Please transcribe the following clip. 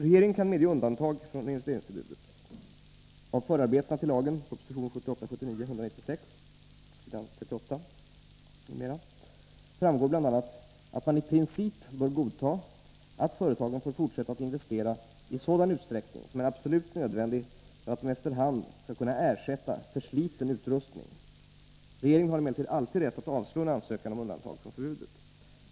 Regeringen kan medge undantag från investeringsförbudet. Av förarbetena till lagen framgår bl.a. att man i princip bör godta att företagen får fortsätta att investera i sådan utsträckning som är absolut nödvändig för att de efter hand skall kunna ersätta försliten utrustning. Regeringen har emellertid alltid rätt att avslå en ansökan om undantag från förbudet.